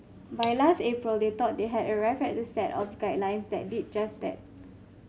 by last April they thought they had arrived at a set of guidelines that did just that